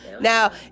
now